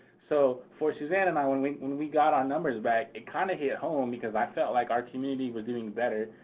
so for suzanne and i, when we when we got our numbers back, it kinda hit home because i felt like our community was doing better.